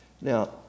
Now